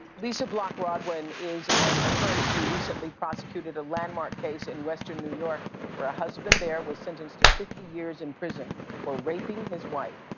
lisa bloch rodwin is an attorney who recently prosecuted a landmark case in western new york where a husband there was sentenced to fifty years in prison for raping his wife.